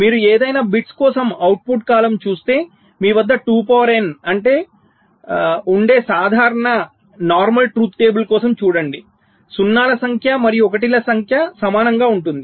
మీరు ఏదైనా బిట్స్ కోసం అవుట్పుట్ కాలమ్ చూస్తే మీ వద్ద 2 power n ఉండే సాధారణ సత్య పట్టిక కోసం చూడండి సున్నాల సంఖ్య మరియు 1 ల సంఖ్య సమానంగా ఉంటాయి